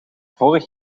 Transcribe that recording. vorig